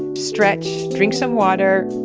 and stretch, drink some water,